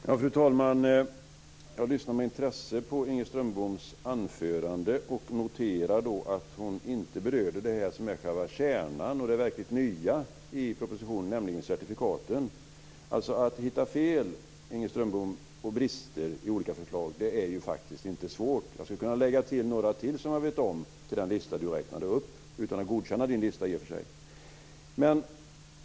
Fru talman! Jag lyssnade med intresse på Inger Strömboms anförande, och jag noterade att hon inte berörde det jag kallar kärnan och det verkligt nya i propositionen, nämligen certifikaten. Att hitta fel och brister i olika förslag, Inger Strömbom, är faktiskt inte svårt. Jag skulle kunna lägga till några till till den lista Inger Strömbom räknade upp - utan att i och för sig godkänna hennes lista.